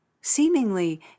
seemingly